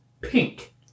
pink